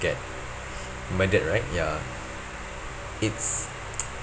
get murdered right ya it's